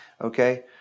Okay